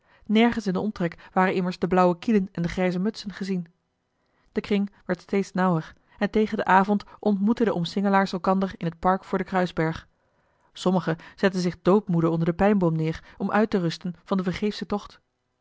nergens in den omtrek waren immers de blauwe kielen en de grijze mutsen gezien de kring werd steeds nauwer en tegen den avond ontmoetten de omsingelaars elkander in het park voor den kruisberg sommigen zetten zich doodmoede onder den pijnboom neer om uit te rusten van den vergeefschen tocht